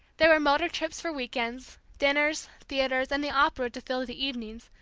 there were motor-trips for week-ends, dinners, theatre, and the opera to fill the evenings,